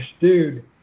dude